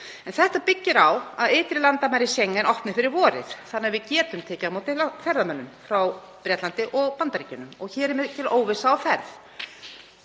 Þetta byggir á því að ytri landamæri Schengen opni fyrir vorið þannig að við getum tekið á móti ferðamönnum frá Bretlandi og Bandaríkjunum. Hér er mikil óvissa á ferð.